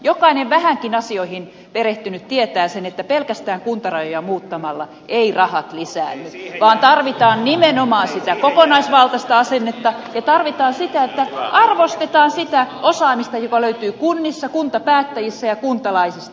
jokainen vähänkin asioihin perehtynyt tietää sen että pelkästään kuntarajoja muuttamalla eivät rahat lisäänny vaan tarvitaan nimenomaan sitä kokonaisvaltaista asennetta ja tarvitaan sitä että arvostetaan sitä osaamista joka löytyy kunnista kuntapäättäjistä ja kuntalaisista